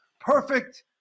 perfect